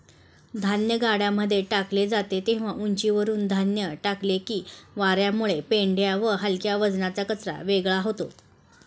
धान्य गाड्यांमध्ये टाकले जाते तेव्हा उंचीवरुन धान्य टाकले की वार्यामुळे पेंढा व हलक्या वजनाचा कचरा वेगळा होतो